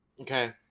okay